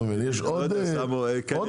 יש עוד עיתונים.